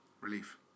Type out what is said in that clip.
relief